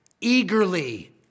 eagerly